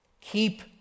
Keep